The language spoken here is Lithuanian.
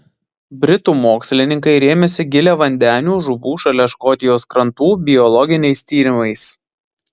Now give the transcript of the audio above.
britų mokslininkai rėmėsi giliavandenių žuvų šalia škotijos krantų biologiniais tyrimais